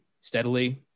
steadily